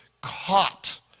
caught